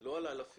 לא על אלפים.